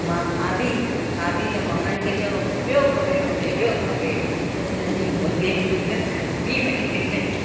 मां खाधी खाधी त मां उन्हनि खे चओ ॿियो खपे मूंखे ॿियो खपे त उन जे मुर्गे जी टंग बि वठी ॾिनई